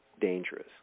dangerous